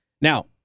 Now